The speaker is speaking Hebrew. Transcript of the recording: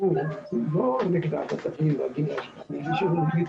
לא שומעים אותך.